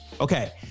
Okay